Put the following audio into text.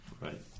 Right